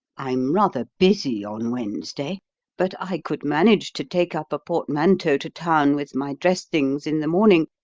i'm rather busy on wednesday but i could manage to take up a portmanteau to town with my dress things in the morning,